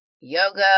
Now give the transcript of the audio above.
yoga